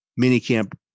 minicamp